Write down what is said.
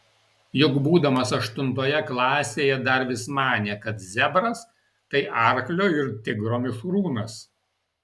juk būdamas aštuntoje klasėje dar vis manė kad zebras tai arklio ir tigro mišrūnas